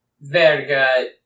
Verga